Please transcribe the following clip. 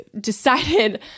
Decided